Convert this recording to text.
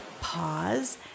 pause